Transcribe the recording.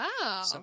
Wow